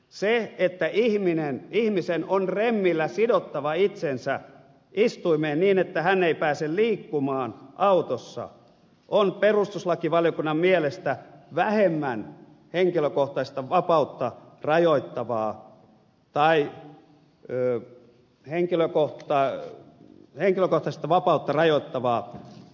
se että ihmisen on remmillä sidottava itsensä istuimeen niin että hän ei pääse liikkumaan autossa on perustuslakivaliokunnan mielestä vähemmän henkilökohtaista vapautta rajoittavaa tai eu henkilökoh tai henkilökohtaista vapautta rajoittava